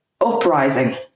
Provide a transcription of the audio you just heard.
uprising